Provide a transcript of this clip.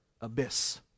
abyss